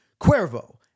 Cuervo